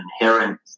inherent